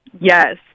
Yes